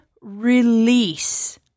release